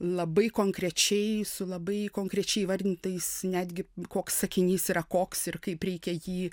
labai konkrečiai su labai konkrečiai įvardintais netgi koks sakinys yra koks ir kaip reikia jį